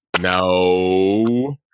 no